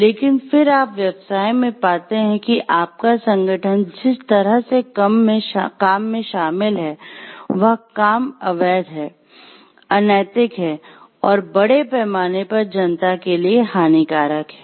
लेकिन फिर आप व्यवसाय में पाते हैं कि आपका संगठन जिस तरह के काम में शामिल है वह काम अवैध है अनैतिक है और बड़े पैमाने पर जनता के लिए हानिकारक है